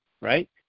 right